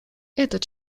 этот